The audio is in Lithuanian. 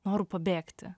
noru pabėgti